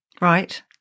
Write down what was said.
Right